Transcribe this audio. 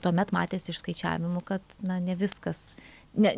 tuomet matėsi iš skaičiavimų kad na ne viskas ne